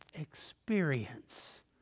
experience